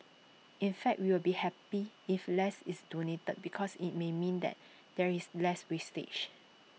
in fact we will be happy if less is donated because IT may mean that there is less wastage